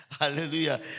Hallelujah